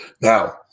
Now